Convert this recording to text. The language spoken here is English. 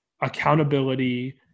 accountability